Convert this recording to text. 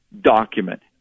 document